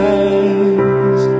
eyes